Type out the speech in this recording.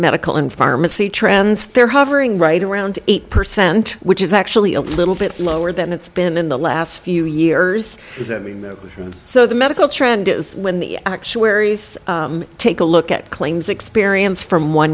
medical and pharmacy trends they're hovering right around eight percent which is actually a little bit lower than it's been in the last few years so the medical trend is when the actuaries take a look at claims experience from one